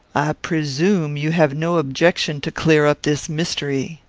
presume you have no objection to clear up this mystery.